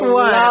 one